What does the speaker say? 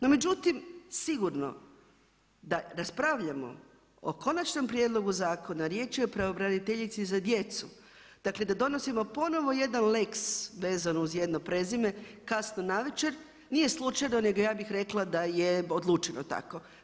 No, međutim, sigurno da raspravljamo o konačnom prijedlogu zakona, riječ je o pravobraniteljici za djecu, dakle da donosimo ponovno jedan lex vezan uz jedno prezime kasno navečer, nije slučajno, nego ja bih rekla, da je odlučeno tako.